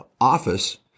office